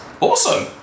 Awesome